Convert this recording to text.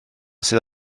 sydd